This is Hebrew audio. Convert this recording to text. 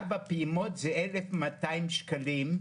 ארבע פעימות זה 1,200 שקלים,